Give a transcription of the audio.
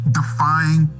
defying